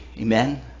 Amen